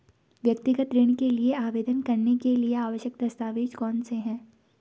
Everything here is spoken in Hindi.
व्यक्तिगत ऋण के लिए आवेदन करने के लिए आवश्यक दस्तावेज़ कौनसे हैं?